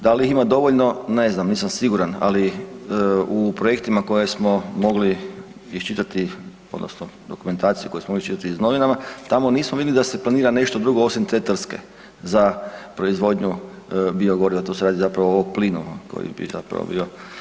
Da li ih ima dovoljno ne znam, nisam siguran, ali u projektima koje smo mogli iščitati odnosno dokumentaciju koju smo mogli čitati iz novina tamo nismo vidli da se planira nešto drugo osim te trske za proizvodnju biogoriva to se radi zapravo o plinu koji bi zapravo bio.